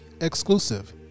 Exclusive